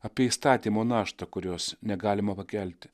apie įstatymo naštą kurios negalima pakelti